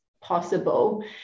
possible